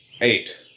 Eight